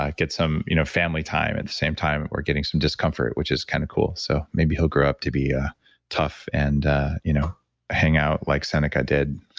ah get some you know family time at the same time that we're getting some discomfort which is kind of cool. so maybe he'll grow up to be a tough and you know hang out like seneca did.